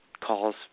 calls